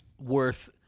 worth